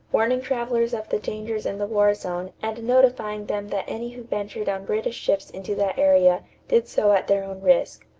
warning travelers of the dangers in the war zone and notifying them that any who ventured on british ships into that area did so at their own risk.